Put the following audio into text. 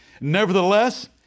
Nevertheless